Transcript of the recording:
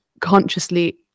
consciously